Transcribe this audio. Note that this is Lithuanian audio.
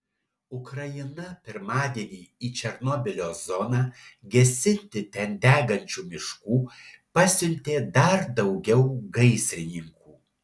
ukraina pirmadienį į černobylio zoną gesinti ten degančių miškų pasiuntė dar daugiau gaisrininkų